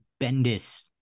Bendis